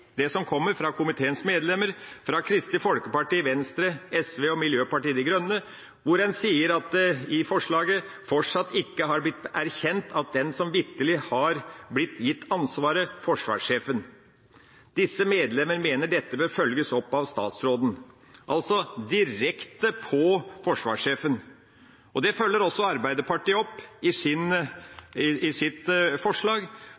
det som kommer fra komiteens medlemmer, fra Kristelig Folkeparti, Venstre, SV og Miljøpartiet De Grønne, hvor en sier i en merknad: «fortsatt ikke har blitt erkjent av den som vitterlig har blitt gitt ansvaret: forsvarssjefen. Disse medlemmer mener dette bør følges opp av statsråden.» – altså direkte på forsvarssjefen. Det følger også Arbeiderpartiet opp i sin